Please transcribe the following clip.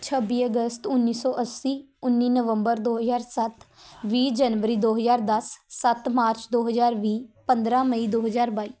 ਛੱਬੀ ਅਗਸਤ ਉੱਨੀ ਸੌ ਅੱਸੀ ਉੱਨੀ ਨਵੰਬਰ ਦੋ ਹਜ਼ਾਰ ਸੱਤ ਵੀਹ ਜਨਵਰੀ ਦੋ ਹਜ਼ਾਰ ਦਸ ਸੱਤ ਮਾਰਚ ਦੋ ਹਜ਼ਾਰ ਵੀਹ ਪੰਦਰਾਂ ਮਈ ਦੋ ਹਜ਼ਾਰ ਬਾਈ